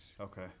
Okay